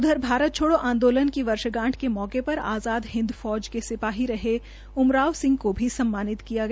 उधर भारत छोड़ो आंदोलन की वर्षगांठ के मौके पर आज़ाद हिंद फौज के सिपाही रहे उमराव सिंह को भी सम्मानित किया गया